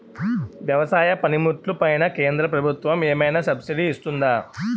వ్యవసాయ పనిముట్లు పైన కేంద్రప్రభుత్వం ఏమైనా సబ్సిడీ ఇస్తుందా?